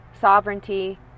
sovereignty